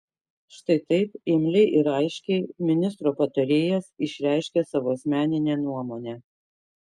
štai taip imliai ir aiškiai ministro patarėjas išreiškia savo asmeninę nuomonę